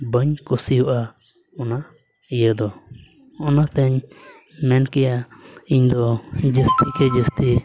ᱵᱟᱹᱧ ᱠᱩᱥᱤᱣᱟᱜᱼᱟ ᱚᱱᱟ ᱤᱭᱟᱹ ᱫᱚ ᱚᱱᱟᱛᱮᱧ ᱢᱮᱱ ᱠᱮᱜᱼᱟ ᱤᱧ ᱫᱚ ᱡᱟᱹᱥᱛᱤ ᱠᱮ ᱡᱟᱹᱥᱛᱤ